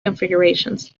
configurations